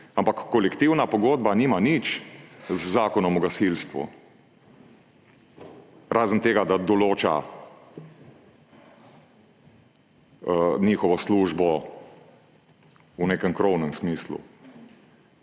ampak kolektivna pogodba nima nič z Zakonom o gasilstvu. Razen tega, da določa njihovo službo v nekem krovnem smislu.